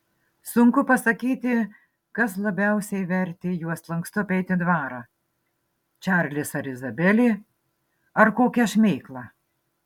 sunku pasakyti kas labiausiai vertė juos lankstu apeiti dvarą čarlis ar izabelė ar kokia šmėkla